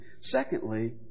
Secondly